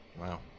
Wow